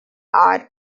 odd